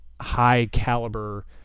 high-caliber